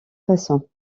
façon